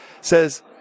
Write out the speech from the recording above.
Says